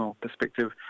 perspective